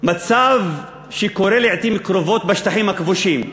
מצב שקורה לעתים קרובות בשטחים הכבושים.